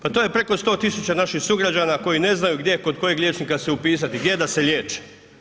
Pa to je preko 100 tisuća naših sugrađana koji ne znaju gdje kod kojeg liječnika se upisati, gdje da se liječe.